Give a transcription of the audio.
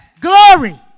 Glory